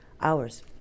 Hours